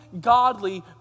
godly